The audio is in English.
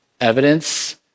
evidence